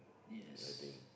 yes